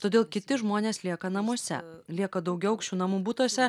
todėl kiti žmonės lieka namuose lieka daugiaaukščių namų butuose